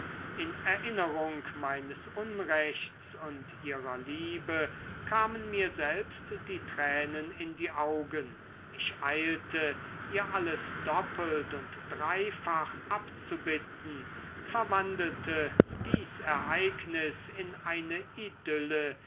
in erinnerung meines unrechts und ihrer liebe kamen mir selbst die tränen in die augen ich eilte ihr alles doppelt und dreifach abzubitten verwandelte dies ereignis in eine idylle